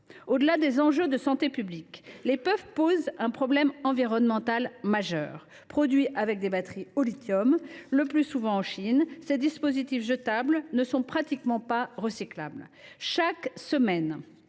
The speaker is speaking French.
Au delà des enjeux de santé publique, les puffs posent aussi un problème environnemental majeur. Produits avec des batteries au lithium, le plus souvent en Chine, ces dispositifs jetables ne sont pratiquement pas recyclables. Chaque semaine,